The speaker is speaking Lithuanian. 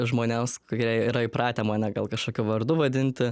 žmonėms kurie yra įpratę mane gal kažkokiu vardu vadinti